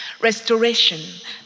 restoration